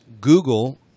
Google